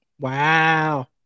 Wow